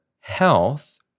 health